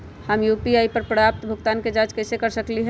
हम यू.पी.आई पर प्राप्त भुगतान के जाँच कैसे कर सकली ह?